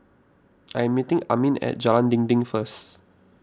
I am meeting Armin at Jalan Dinding first